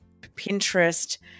Pinterest